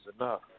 enough